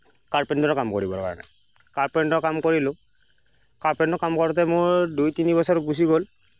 কাৰ্পেণ্টাৰৰ কাম কৰিবৰ কাৰণে কাৰ্পেণ্টাৰৰ কাম কৰিলোঁ কাৰ্পেণ্টাৰ কাম কৰোঁতে মোৰ দুই তিনি বছৰ গুচি গ'ল